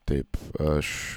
taip aš